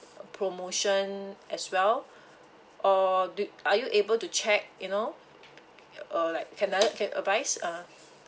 promotion as well uh d~ are you able to check you know uh like can I can advice uh